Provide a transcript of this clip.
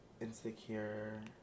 insecure